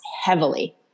heavily